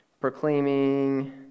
proclaiming